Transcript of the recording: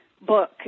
book